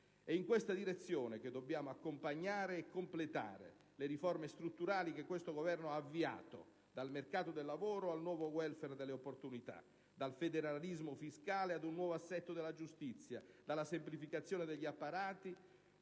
È in questa direzione che dobbiamo accompagnare e completare le riforme strutturali che l'attuale Governo ha avviato: dal mercato del lavoro al nuovo *welfare* delle opportunità, dal federalismo fiscale ad un nuovo assetto della giustizia, dalla semplificazione degli apparati